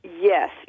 Yes